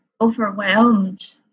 overwhelmed